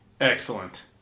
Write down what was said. Excellent